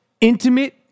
intimate